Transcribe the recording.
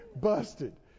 busted